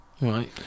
Right